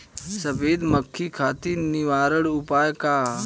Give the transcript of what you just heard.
सफेद मक्खी खातिर निवारक उपाय का ह?